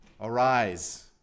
arise